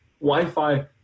Wi-Fi